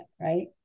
Right